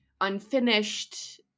unfinished